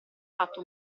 fatto